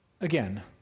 Again